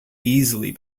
easily